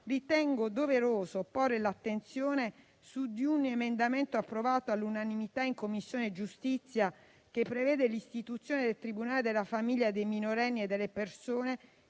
ritengo doveroso porre l'attenzione su un emendamento approvato all'unanimità in Commissione giustizia, che prevede l'istituzione del tribunale per le persone, per i minorenni e per le